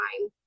time